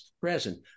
present